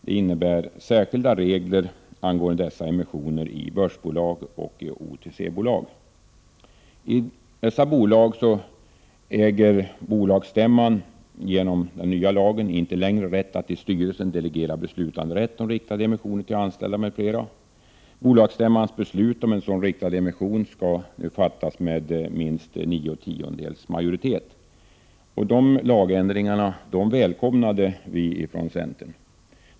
Det innebär särskilda regler angående dessa emissioner i börsbolag och i OTC-bolag. I dessa bolag äger bolagsstämman genom den nya lagen inte längre rätt att till styrelsen delegera beslutanderätt om riktade emissioner till anställda m.fl. Bolagsstämmans beslut om en riktad emission skall fattas med minst nio tiondels majoritet. De lagändringarna välkomnade vi från centern.